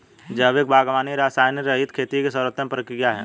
जैविक बागवानी रसायनरहित खेती की सर्वोत्तम प्रक्रिया है